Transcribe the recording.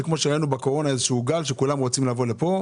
זה כמו שהיה לנו בקורונה איזשהו גל שכולם רוצים לבוא לפה.